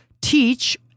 teach